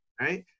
Right